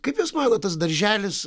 kaip jūs manot tas darželis